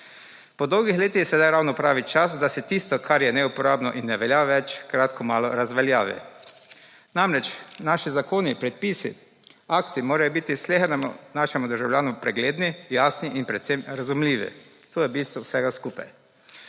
Po dolgih letih je sedaj ravno pravi čas, da se tisto, kar je neuporabno in ne velja več, kratkomalo razveljavi. Namreč naši zakoni, predpisi, akti morajo biti slehernemu našemu državljanu pregledni, jasni in predvsem razumljivi. To je bistvo vsega skupaj.